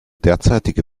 derzeitige